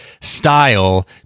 style